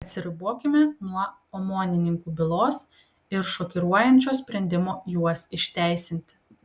atsiribokime nuo omonininkų bylos ir šokiruojančio sprendimo juos išteisinti